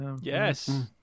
Yes